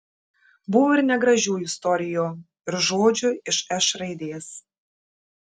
buvo ir negražių istorijų ir žodžių iš š raidės